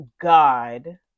God